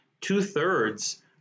two-thirds